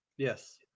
Yes